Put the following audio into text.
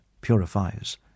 purifies